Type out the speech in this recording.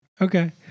Okay